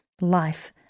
life